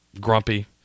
grumpy